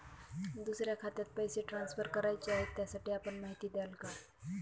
दुसऱ्या खात्यात पैसे ट्रान्सफर करायचे आहेत, त्यासाठी आपण माहिती द्याल का?